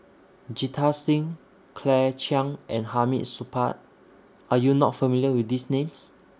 Jita Singh Claire Chiang and Hamid Supaat Are YOU not familiar with These Names